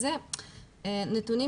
אלה נתונים